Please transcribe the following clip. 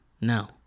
No